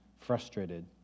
frustrated